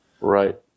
Right